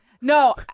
no